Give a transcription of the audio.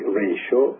ratio